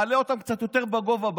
הוא מעלה אותן קצת יותר לגובה,